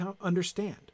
understand